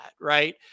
right